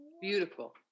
Beautiful